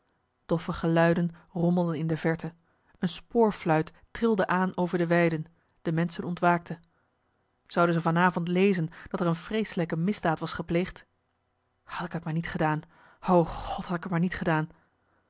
doffe geluiden rommelden in de verte een spoorfuilt trilde aan over de weiden de menschen ontwaakten zouden ze van avond lezend dat er een vreeselijke misdaad was gepleegd had ik t maar niet gedaan o god had ik t maar niet gedaan